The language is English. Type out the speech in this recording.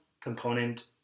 component